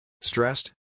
Stressed